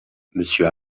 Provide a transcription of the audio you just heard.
monsieur